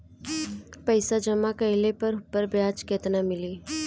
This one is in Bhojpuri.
पइसा जमा कइले पर ऊपर ब्याज केतना मिली?